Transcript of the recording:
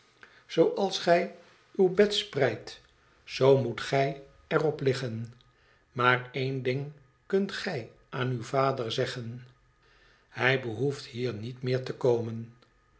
zooals gij uw bed spreidt zoo moet gij er op liggen maar één ding kunt ij aan uw vader zeggen hij behoeft hier niet meer te komen